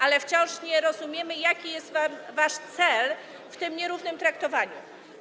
Ale wciąż nie rozumiemy, jaki jest wasz cel w tym nierównym traktowaniu.